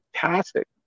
fantastic